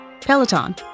Peloton